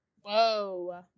Whoa